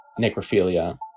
necrophilia